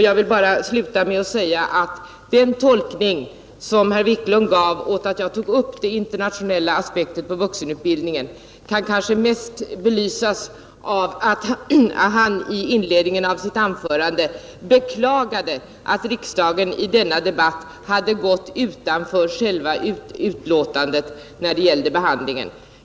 Jag vill sluta med att säga att den tolkning som herr Wiklund i Härnösand gav av det förhållandet att jag tog upp den internationella aspekten på vuxenutbildningen kanske bäst belyses av att han i inledningen av sitt anförande beklagade, att denna debatt hade gått utanför vad som behandlats i betänkandet.